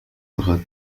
الغد